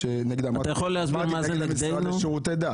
נגד המשרד לשירותי דת.